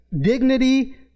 dignity